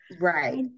Right